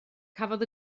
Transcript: cafodd